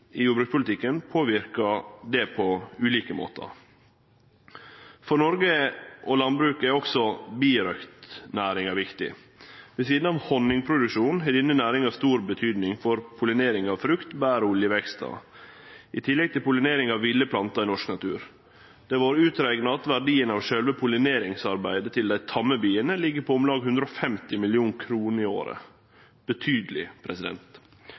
i jordbrukspolitikken medverkar til det på ulike måtar. For landbruket i Noreg er også birøktnæringa viktig. Ved sida av honningproduksjon har denne næringa stor betydning for pollinering av frukt, bær og oljevekstar, i tillegg til pollinering av ville plantar i norsk natur. Det har vore utrekna at verdien av sjølve pollineringsarbeidet til dei tamme biene ligg på om lag 150 mill. kr i året